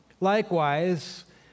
Likewise